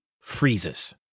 freezes